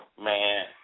Man